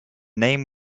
name